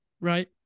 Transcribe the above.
right